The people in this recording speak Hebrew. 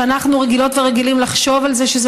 שאנחנו רגילות ורגילים לחשוב על זה שזה